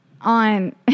on